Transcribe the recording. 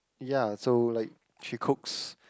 ya so like she cooks